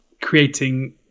creating